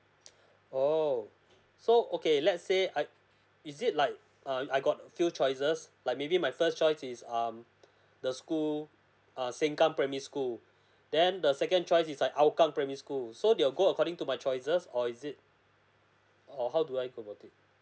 oo okay so okay let's say I is it like err I got a few choices like maybe my first choice is um the school err seng kang primary school then the second choice is like hougang primary school so they will go according to my choices or is it or how do I go about it